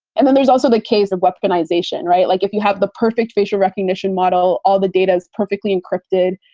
and then there's also the case of weaponization. right. like, if you have the perfect facial recognition model, all the data's perfectly encrypted.